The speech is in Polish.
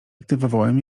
aktywowałem